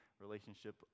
relationship